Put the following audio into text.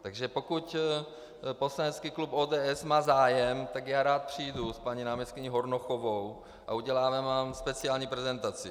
Takže pokud poslanecký klub ODS má zájem, tak já rád přijdu s paní náměstkyní Hornochovou a uděláme vám speciální prezentaci.